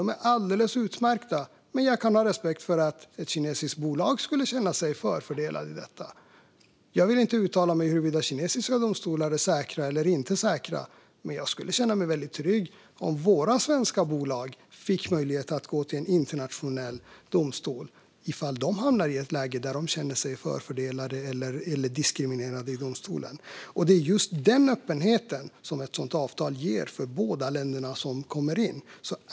De är alldeles utmärkta. Men jag kan ha respekt för att ett kinesiskt bolag skulle känna sig förfördelat i detta. Jag vill inta uttala mig om huruvida kinesiska domstolar är säkra eller inte säkra. Men jag skulle känna mig väldigt trygg om våra svenska bolag fick möjlighet att gå till en internationell domstol ifall de hamnar i ett läge där de känner sig förfördelade eller diskriminerade i domstolen. Det är just den öppenheten som ett sådant avtal ger för båda länderna som kommer in.